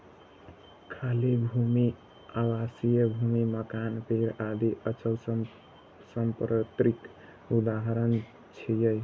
खाली भूमि, आवासीय भूमि, मकान, पेड़ आदि अचल संपत्तिक उदाहरण छियै